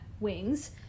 wings